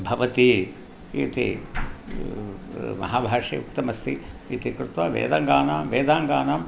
भवति इति महाभाष्ये उक्तमस्ति इति कृत्वा वेदङ्गानां वेदाङ्गानाम्